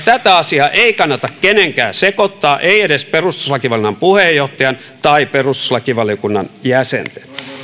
tätä asiaa ei kannata kenenkään sekoittaa ei edes perustuslakivaliokunnan puheenjohtajan tai perustuslakivaliokunnan jäsenten